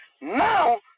Now